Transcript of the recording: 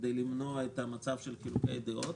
כדי למנוע חילוקי דעות.